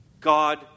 God